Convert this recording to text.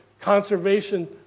conservation